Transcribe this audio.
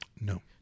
No